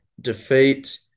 defeat